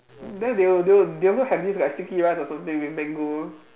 then they al~ they al~ they also have like this sticky rice or something with mango